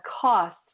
cost